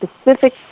specific